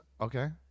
okay